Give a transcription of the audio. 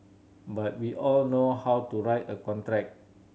but we all know how to write a contract